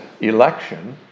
election